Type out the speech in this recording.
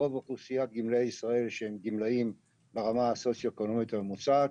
רוב אוכלוסיית גמלאי ישראל הם גמלאים ברמה הסוציואקונומית הממוצעת,